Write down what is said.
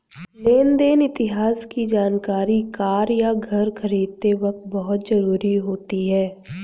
लेन देन इतिहास की जानकरी कार या घर खरीदते वक़्त बहुत जरुरी होती है